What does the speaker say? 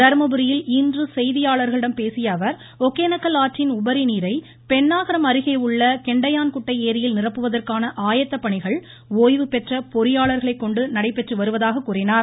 தர்மபுரியில் இன்று செய்தியாளர்களிடம் பேசிய அவர் ஒகேனக்கல் ஆற்றின் உபரிநீரை பெண்ணாகரம் ளியில் நிரப்புவதற்கான ஆயத்த பணிகள் ஓய்வுபெற்ற பொறியாளர்களை கொண்டு நடைபெற்று வருவதாக கூறினார்